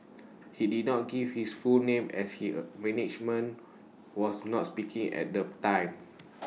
he did not give his full name as his A management was not speaking at the time